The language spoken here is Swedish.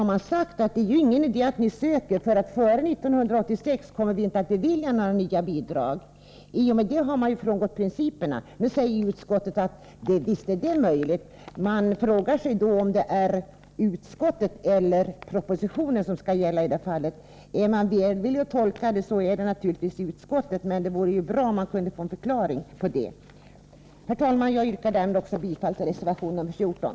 Har man sagt att det inte är någon idé att söka, för före 1986 kommer inga nya bidrag att beviljas, har man ju i och med det frångått principerna. Nu säger utskottet att visst är det möjligt. Är det utskottets skrivning eller propositionens som skall gälla i detta fall? Tolkar man det välvilligt är det naturligtvis utskottets, men det vore ju bra att få en förklaring. Herr talman! Jag yrkar bifall till reservation 14.